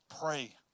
pray